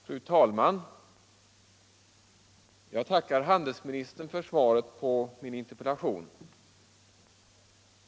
Fru talman! Jag tackar handelsministern för svaret på min interpellation.